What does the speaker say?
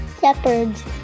shepherds